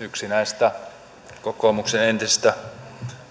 yksi näistä kokoomuksen entisistä